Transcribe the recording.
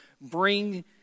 bring